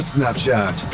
Snapchat